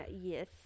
yes